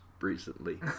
recently